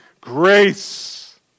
grace